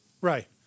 Right